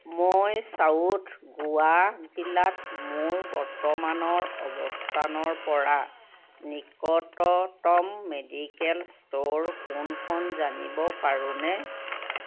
মই ছাউথ গোৱা জিলাত মোৰ বৰ্তমানৰ অৱস্থানৰ পৰা নিকটতম মেডিকেল ষ্ট'ৰ কোনখন জানিব পাৰোঁনে